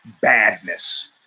badness